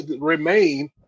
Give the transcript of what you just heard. remain